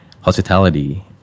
hospitality